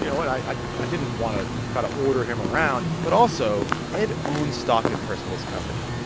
you know, and i i didn't want to try to order him around but also, ed owns stock in percival's company.